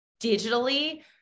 digitally